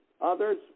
Others